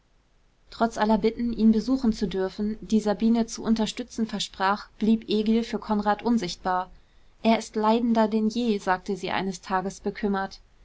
trotz aller bitten ihn besuchen zu dürfen die sabine zu unterstützen versprach blieb egil für konrad unsichtbar er ist leidender denn je sagte sie eines tages bekümmert